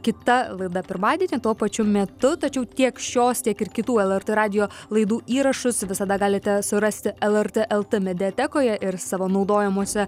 kita laida pirmadienį tuo pačiu metu tačiau tiek šios tiek ir kitų lrt radijo laidų įrašus visada galite surasti lrt lt mediatekoje ir savo naudojamose